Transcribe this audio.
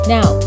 Now